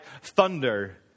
thunder